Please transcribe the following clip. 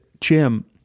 Jim